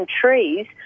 trees